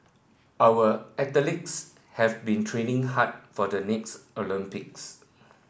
our athletes have been training hard for the next Olympics